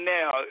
Now